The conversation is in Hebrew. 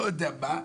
אני לא יודע מה,